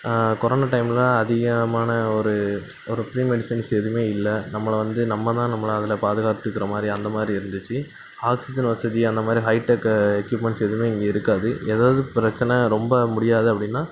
corona டைமில் அதிகமான ஒரு ஒரு ப்ரீமெடிஷன்ஸ் எதுவும் இல்லை நம்மளை வந்து நம்ம தான் நம்மளை அதில் பாதுகாத்துக்குறமாதிரி அந்தமாதிரி இருந்துச்சு ஆக்சிஜன் வசதி அந்தமாதிரி ஹைடெக்கு எக்யூப்மெண்ட்ஸ் எதுவுமே இங்கே இருக்காது ஏதாவது பிரச்சனை ரொம்ப முடியாது அப்படின்னா